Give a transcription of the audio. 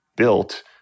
built